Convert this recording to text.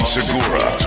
Segura